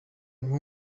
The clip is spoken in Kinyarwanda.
nko